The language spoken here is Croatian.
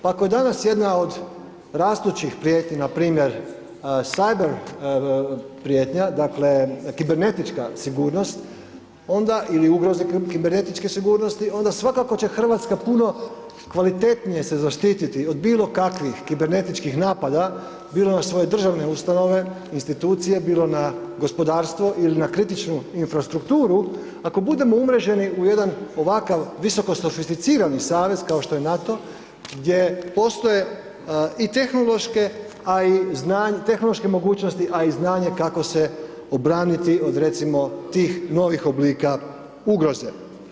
Pa ako je danas jedna od rastućih prijetnji npr. Sajber prijetnja, dakle, kibernetička sigurnost, onda ili ugroz kibernetičke sigurnosti, onda svakako će RH puno kvalitetnije se zaštititi od bilo kakvih kibernetičkih napada, bilo na svoje državne ustanove, institucije, bilo na gospodarstvo ili na kritičnu infrastrukturu, ako budemo umreženi u jedan ovakav visoko sofisticirani savez kao što je NATO gdje postoje i tehnološke mogućnosti, a i znanje kako se obraniti od recimo, tih novih oblika ugroze.